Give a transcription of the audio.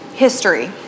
History